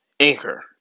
Anchor